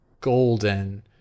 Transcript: golden